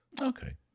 Okay